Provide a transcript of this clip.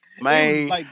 Man